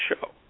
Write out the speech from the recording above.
show